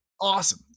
awesome